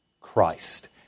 Christ